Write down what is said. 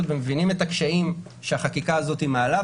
ומבינים את הקשיים שהחקיקה הזאת מעלה,